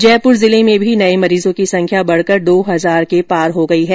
जयपुर जिले में भी नए मरीजों की संख्या बढ़कर दो हजार के पार हो गई है